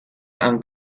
han